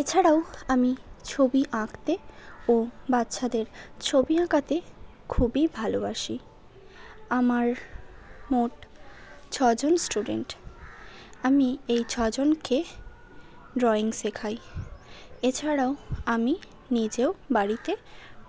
এছাড়াও আমি ছবি আঁকতে ও বাচ্চাদের ছবি আঁকাতে খুবই ভালোবাসি আমার মোট ছজন স্টুডেন্ট আমি এই ছজনকে ড্রয়িং শেখাই এছাড়াও আমি নিজেও বাড়িতে